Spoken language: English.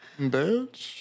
Bitch